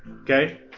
Okay